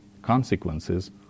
consequences